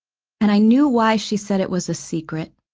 and i knew why she said it was a secret.